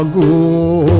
oo